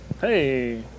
Hey